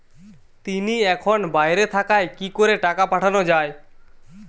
তিনি এখন বাইরে থাকায় কি করে টাকা পাঠানো য়ায়?